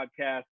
Podcast